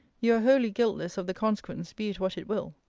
you are wholly guiltless of the consequence, be it what it will.